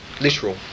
literal